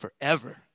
forever